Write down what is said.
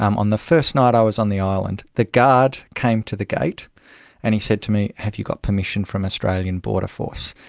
um on the first night i was on the island the guard came to the gate and he said to me, have you got permission from australian border force?